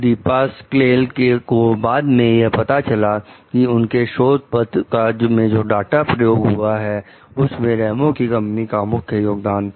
दीपासक्वेल को बाद में यह पता चला कि उनके शोध पत्र में जो डाटा प्रयोग हुआ है उस में रेमो की कंपनी का मुख्य योगदान था